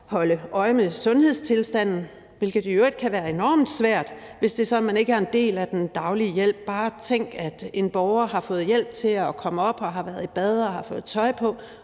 holde øje med sundhedstilstanden, hvilket i øvrigt kan være enormt svært, hvis det er sådan, at man ikke er en del af den daglige hjælp? Bare tænk på, at en borger har fået hjælp til at komme op og har været i bad og har fået tøj på,